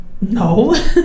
no